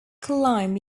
climb